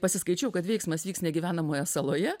pasiskaičiau kad veiksmas vyks negyvenamoje saloje